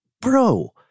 bro